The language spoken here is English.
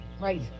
Right